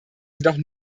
jedoch